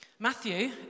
Matthew